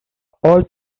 all